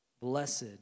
Blessed